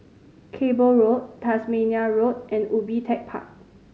Cable Road Tasmania Road and Ubi Tech Park